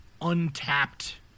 untapped